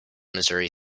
missouri